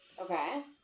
Okay